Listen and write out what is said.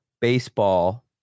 baseball